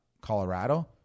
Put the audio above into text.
Colorado